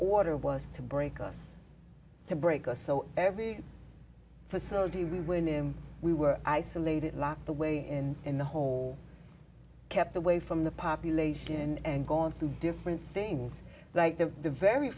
order was to break us to break us so every facility when we were isolated locked the way in and the whole kept away from the population and going through different things like the very